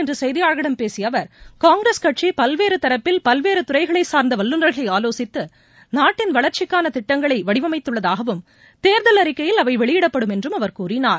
இன்றுசெய்தியாளர்களிடம் பேசியஅவர் காங்கிரஸ் கட்சிபல்வேறுதரப்பில் புகுதில்லியில் பல்வேறுதுறைகளைச் சார்ந்தவல்லுநர்களைஆலோசித்துநாட்டின் வளர்ச்சிக்கானதிட்டங்களைவடிவமைத்துள்ளதாகவும் தேர்தல் அறிக்கையில் அவைவெளியிடப்படும் என்றும் கூறினார்